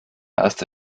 erste